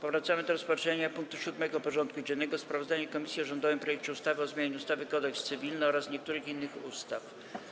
Powracamy do rozpatrzenia punktu 7. porządku dziennego: Sprawozdanie Komisji Nadzwyczajnej o rządowym projekcie ustawy o zmianie ustawy Kodeks cywilny oraz niektórych innych ustaw.